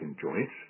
joints